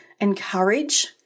encourage